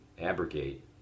abrogate